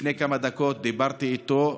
לפני כמה דקות דיברתי איתו.